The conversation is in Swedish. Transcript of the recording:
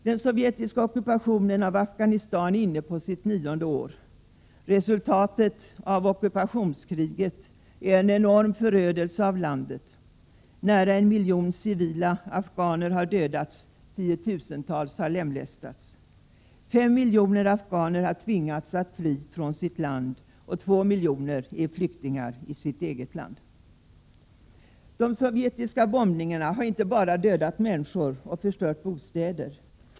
Den sovjetiska ockupationen av Afghanistan är inne på sitt nionde år. Resultatet av ockupationskriget är en enorm förödelse av landet. Nära en miljon civila afghaner har dödats och tiotusentals har lemlästats. Fem miljoner afghaner har tvingats att fly från sitt land och två miljoner är flyktingar i sitt eget land. De sovjetiska bombningarna har inte bara dödat människor och förstört bostäder.